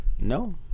No